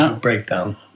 breakdown